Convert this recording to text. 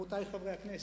רבותי חברי הכנסת,